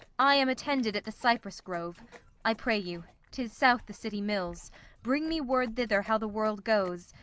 i am attended at the cypress grove i pray you tis south the city mills bring me word thither how the world goes,